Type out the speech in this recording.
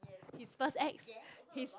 his first ex his